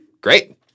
great